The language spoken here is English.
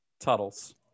Tuttle's